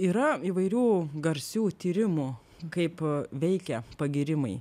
yra įvairių garsių tyrimų kaip veikia pagyrimai